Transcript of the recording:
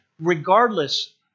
regardless